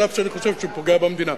אף שאני חושב שהוא פוגע במדינה.